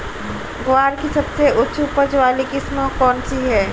ग्वार की सबसे उच्च उपज वाली किस्म कौनसी है?